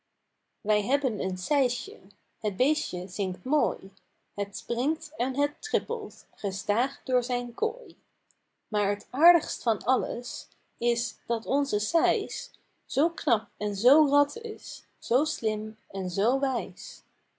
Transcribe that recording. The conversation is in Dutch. wij hebben een sijsje het beestje zingt mooi het springt en het trippelt gestaâg door zijn kooi maar t aardigst van alles is dat onze sijs zoo knap en zoo rad is zoo slim en zoo wijs